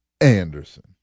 Anderson